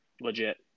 legit